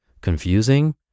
confusing